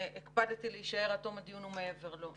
הקפדתי להישאר עד תום הדיון ומעבר לו.